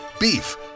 Beef